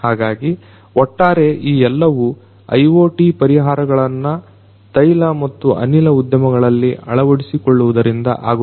ಹಾಗಾಗಿ ಒಟ್ಟಾರೆ ಈ ಎಲ್ಲವೂ IoT ಪರಿಹಾರಗಳನ್ನ ತೈಲ ಮತ್ತು ಅನಿಲ ಉದ್ಯಮಗಳಲ್ಲಿ ಅಳವಡಿಸಿಕೊಳ್ಳುವುದರಿಂದ ಆಗುತ್ತವೆ